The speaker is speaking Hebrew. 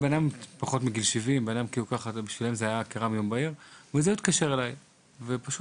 בן אדם פחות מגיל 70. נסעתי למקום.